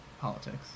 politics